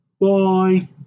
Bye